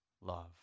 love